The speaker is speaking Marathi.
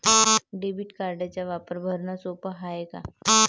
डेबिट कार्डचा वापर भरनं सोप हाय का?